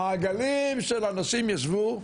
מעגלים של אנשים ישבו,